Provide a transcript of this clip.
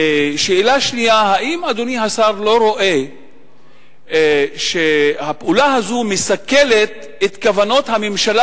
שאלה שנייה: האם אדוני השר לא רואה שהפעולה הזו מסכלת את כוונות הממשלה,